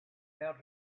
how